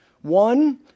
One